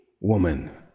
woman